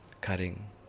cutting